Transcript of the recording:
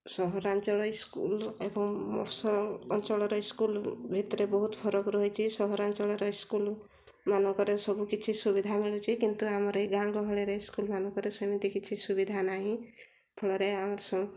ସହରାଞ୍ଚଳ ସ୍କୁଲ୍ ଏବଂ ଅଞ୍ଚଳର ସ୍କୁଲ୍ ଭିତରେ ବହୁତ ଫରକ ରହିଛି ସହରାଞ୍ଚଳର ସ୍କୁଲ୍ମାନଙ୍କରେ ସବୁ କିଛି ସୁବିଧା ମିଳୁଛି କିନ୍ତୁ ଆମର ଏହି ଗାଁ ଗହଳିରେ ସ୍କୁଲ୍ମାନଙ୍କରେ ସେମିତି କିଛି ସୁବିଧା ନାହିଁ ଫଳରେ ଆମ